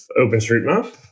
OpenStreetMap